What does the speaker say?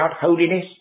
holiness